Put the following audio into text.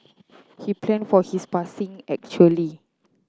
he planned for his passing actually